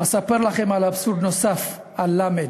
אספר לכם על אבסורד נוסף, על ל',